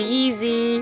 easy